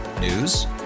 News